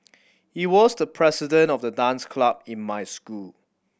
he was the president of the dance club in my school